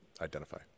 identify